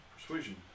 Persuasion